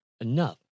enough